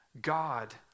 God